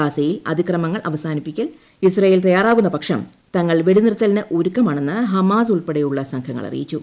ഗാസയിൽ അതിക്രമങ്ങൾ അവസാ നിപ്പിക്കാൻ ഇസ്രയേൽ തയ്യാറാകുന്ന പക്ഷം തങ്ങൾ വെടിനിർത്ത ലിന് ഒരുക്കമാണെന്ന് ഹമാസ് ഉൾപ്പെടെയുള്ള സംഘങ്ങൾ അറിയിച്ചു